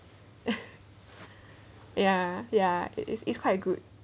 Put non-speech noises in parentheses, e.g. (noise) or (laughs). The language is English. (laughs) ya ya it it it's quite good